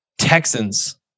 Texans